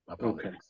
Okay